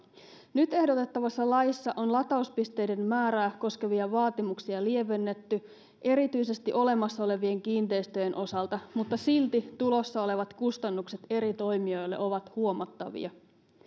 nyt ehdotettavassa laissa on latauspisteiden määrää koskevia vaatimuksia lievennetty erityisesti olemassa olevien kiinteistöjen osalta mutta silti tulossa olevat kustannukset eri toimijoille ovat huomattavia